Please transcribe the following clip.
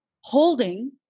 holding